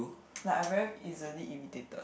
like I very easily irritated